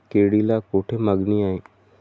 केळीला कोठे मागणी आहे?